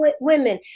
women